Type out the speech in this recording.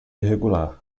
irregular